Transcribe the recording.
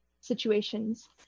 situations